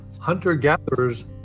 hunter-gatherers